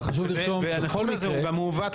אבל חשוב לרשום בכל מקרה --- הנתון הזה הוא גם מעוות,